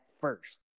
first